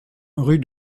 rue